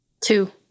Two